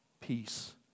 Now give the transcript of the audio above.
peace